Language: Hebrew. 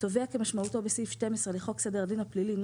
תובע כמשמעותו בסעיף 12 לחוק סדר הדין הפלילי ,